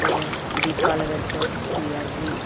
దీపాలు పెట్టేటివి అవి